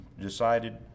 decided